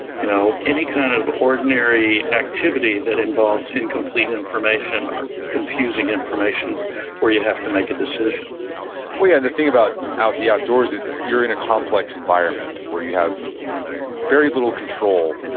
you know any kind of ordinary activity that involves incomplete information or confusing information where you have to make a decision well, yeah, the thing about the outdoors it's, you're in a complex environment where you have very little control,